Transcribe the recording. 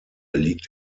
liegt